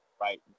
right